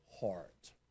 heart